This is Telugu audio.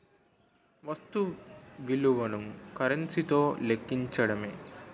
వస్తు విలువను కరెన్సీ తో లెక్కించడమే